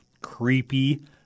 creepy